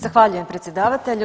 Zahvaljujem predsjedavatelju.